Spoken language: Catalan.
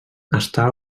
està